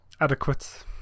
Adequate